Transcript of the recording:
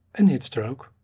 and hit stroke.